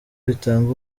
bitanga